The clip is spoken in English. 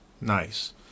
Nice